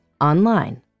online